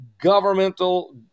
governmental